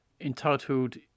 entitled